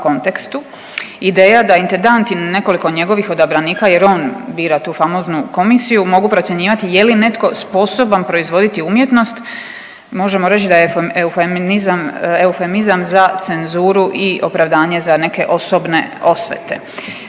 Ideja da intendanti i nekoliko njegovih odabranika jer on bira tu famoznu komisiju mogu procjenjivati je li netko sposoban proizvoditi umjetnost, možemo reći da je eufemizam za cenzuru i opravdanje za neke osobne osvete.